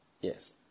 Yes